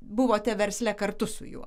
buvote versle kartu su juo